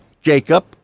Jacob